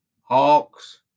hawks